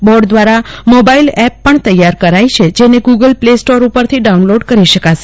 board દ્વારા mobile app પણ તૈયાર કરાઇ છે જેને ગુગલ પ્લે સ્ટોર ઉપરથી ડાઉનલોડ કરી શકાશે